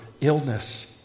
illness